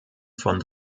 von